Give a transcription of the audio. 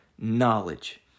knowledge